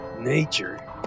Nature